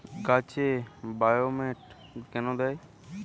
গাছে বায়োমেট কেন দেয়?